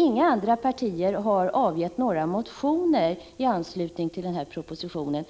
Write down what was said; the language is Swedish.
Inga andra partier än vpk har avgett några motioner i anslutning till den här propositionen.